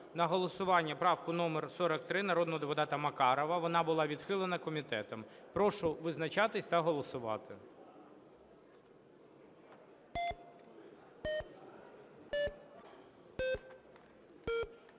на голосування правку номер 43 народного депутата Макарова, вона була відхилена комітетом. Прошу визначатися та голосувати.